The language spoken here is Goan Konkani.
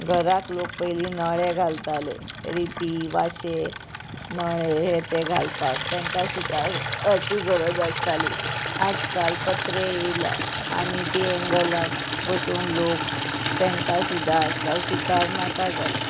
घराक लोक पयली नळे घालताले रिपी वाशे नळे हे ते घालपाक तेंका सुता गरज आसताली आज काल पत्रे येयल्या आनी ती एंगला बसून लोक तेंकां सुद्दां आजकाल सुतार नाका जाल्या